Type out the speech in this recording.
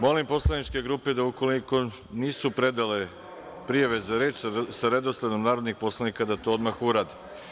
Molim poslaničke grupe da u koliko nisu predale prijave za reč, sa redosledom narodnih poslanika, da to odmah urade.